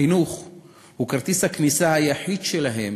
חינוך הוא כרטיס הכניסה היחיד שלהם